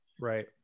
Right